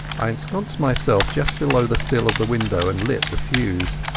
i ensconced myself just below the sill of the window, and lit the fuse.